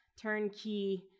turnkey